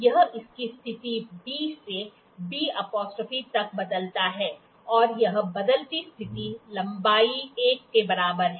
यह इसकी स्थिति B से B' तक बदलता है और यह बदलती स्थिति लंबाई 1 के बराबर है